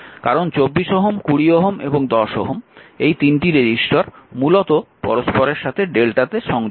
কারণ 24 Ω 20 Ω এবং 10 Ω এই তিনটি রেজিস্টর মূলত পরস্পরের সাথে Δ তে সংযুক্ত